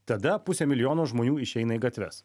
tada pusė milijono žmonių išeina į gatves